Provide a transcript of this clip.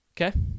Okay